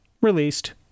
released